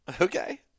Okay